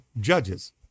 judges